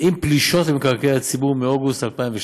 עם פלישות למקרקעי ציבור מאוגוסט 2012,